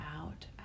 out